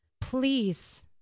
please